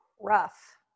rough